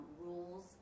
rules